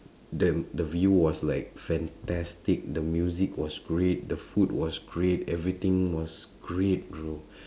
then the view was like fantastic the music was great the food was great everything was great bro